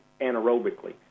anaerobically